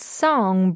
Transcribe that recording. song